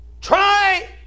try